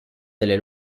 delle